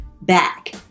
back